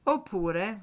Oppure